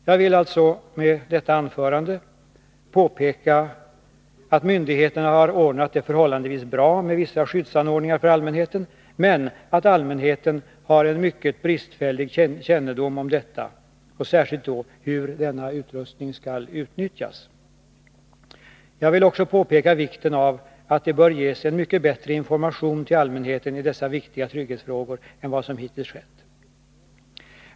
Jag vill alltså — med detta anförande — påpeka att myndigheterna har ordnat det förhållandevis bra med vissa skyddsanordningar för allmänheten, men att allmänheten har en mycket bristfällig kännedom om detta och särskilt om hur denna utrustning skall utnyttjas. Jag vill också påpeka att det bör ges en mycket bättre information till allmänheten i dessa viktiga trygghetsfrågor än vad som hittills skett.